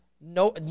No